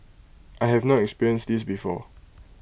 I have not experienced this before